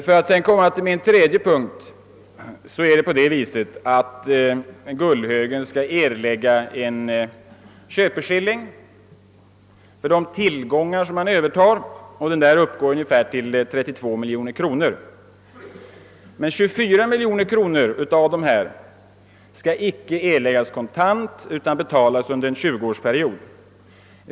Den tredje punkten är att Gullhögen skall erlägga en köpeskilling för de tillgångar som övertages och som uppgår till ungefär 32 miljoner kronor. Men 24 miljoner av detta belopp skall inte erläggas kontant utan betalas under en 20-årsperiod.